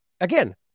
Again